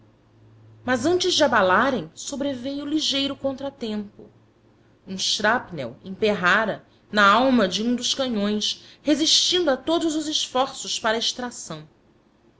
mas antes de abalarem sobreveio ligeiro contratempo um shrapnel emperrara na alma de um dos canhões resistindo a todos os esforços para a extração